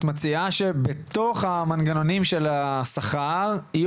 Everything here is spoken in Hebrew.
את מציעה שבתוך המנגנונים של השכר יהיו